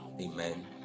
Amen